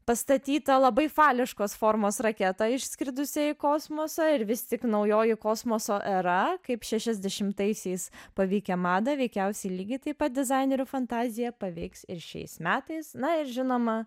pastatytą labai fališkos formos raketą išskridusią į kosmosą ir visi naujoji kosmoso era kaip šešiasdešimtaisiais paveikė madą veikiausiai lygiai taip pat dizainerių fantaziją paveiks ir šiais metais na ir žinoma